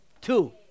Two